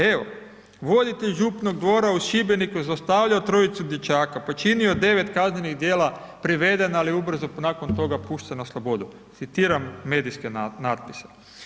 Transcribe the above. Evo, voditelj župnog dvora u Šibeniku zlostavljao trojicu dječaka, počinio 9 kaznenih djela, priveden ali je ubrzo nakon toga pušten na slobodu, citiram medijske natpise.